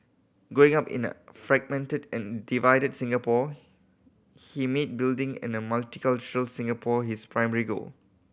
growing up in a fragmented and divided Singapore he made building a multicultural Singapore his primary goal